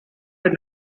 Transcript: did